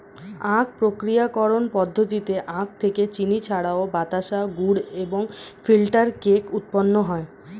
আখ প্রক্রিয়াকরণ পদ্ধতিতে আখ থেকে চিনি ছাড়াও বাতাসা, গুড় এবং ফিল্টার কেক উৎপন্ন হয়